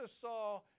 saw